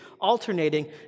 alternating